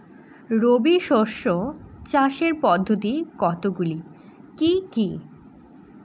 রবি শস্য চাষের পদ্ধতি কতগুলি কি কি?